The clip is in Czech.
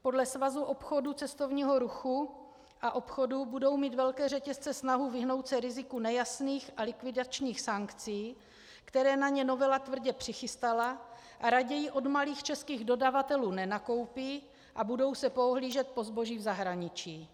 Podle Svazu obchodu a cestovního ruchu budou mít velké řetězce snahu vyhnout se riziku nejasných a likvidačních sankcí, které na ně novela tvrdě přichystala, a raději od malých českých dodavatelů nenakoupí a budou se poohlížet po zboží v zahraničí.